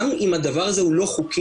גם אם הדבר הזה הוא לא חוקי,